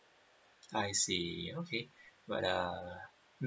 I see okay but uh